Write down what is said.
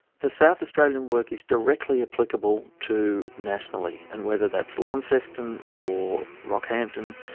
the south australian work is directly applicable to nationally, and whether that's launceston or rockhampton,